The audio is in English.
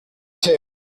two